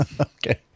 Okay